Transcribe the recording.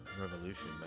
Revolution